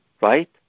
right